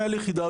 מנהל יחידה ,